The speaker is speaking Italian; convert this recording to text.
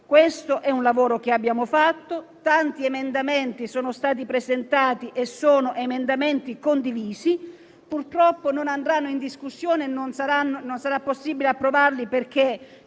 Questo è il lavoro che abbiamo fatto. Tanti emendamenti sono stati presentati e condivisi, ma purtroppo non andranno in discussione e non sarà possibile approvarli, perché